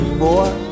boy